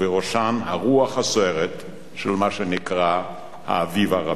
ובראשן הרוח הסוערת של מה שנקרא "האביב הערבי".